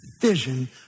vision